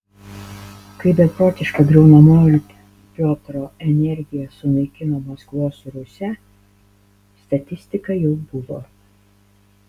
kai beprotiška griaunamoji piotro energija sunaikino maskvos rusią statistika jau buvo